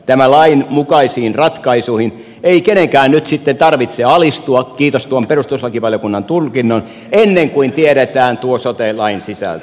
tämän lain mukaisiin ratkaisuihin ei kenenkään nyt sitten tarvitse alistua kiitos tuon perustuslakivaliokunnan tulkinnan ennen kuin tiedetään tuo sote lain sisältö